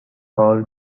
all